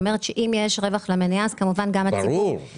אולי